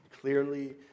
Clearly